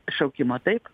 šaukimo taip